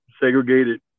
segregated